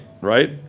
right